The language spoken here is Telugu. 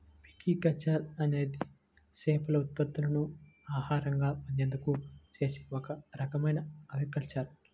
పిస్కికల్చర్ అనేది చేపల ఉత్పత్తులను ఆహారంగా పొందేందుకు చేసే ఒక రకమైన ఆక్వాకల్చర్